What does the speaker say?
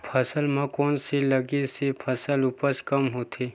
फसल म कोन से लगे से फसल उपज कम होथे?